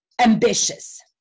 ambitious